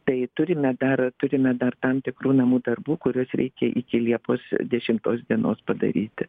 tai turime dar turime dar tam tikrų namų darbų kuriuos reikia iki liepos dešimtos dienos padaryti